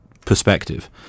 perspective